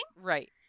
Right